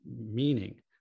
meaning